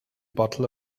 bottle